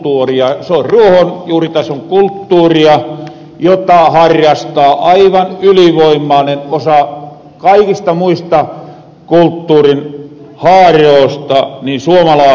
se on ruohonjuuritason kulttuuria jota harrastaa aivan ylivoimainen osa kaikista muista kulttuurin haaroosta suomalaasia